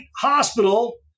hospital